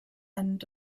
end